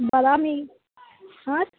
ಬಾದಾಮಿ ಹಾಂ